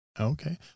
okay